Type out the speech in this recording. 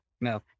No